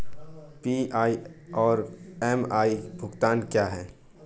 PI और MI भुगतान क्या हैं?